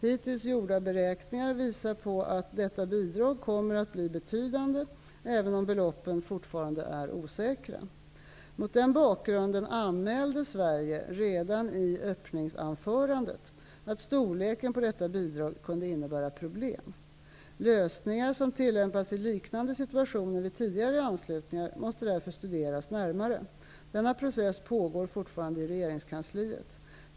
Hittills gjorda beräkningar visar på att detta bidrag kommer att bli betydande även om beloppen fortfarande är osäkra. Mot den bakgrunden anmälde Sverige redan i öppningsanförandet att storleken på detta bidrag kunde innebära problem. Lösningar som tillämpats i liknande situationer vid tidigare anslutningar måste därför studeras närmare. Denna process pågår fortfarande i regeringskansliet.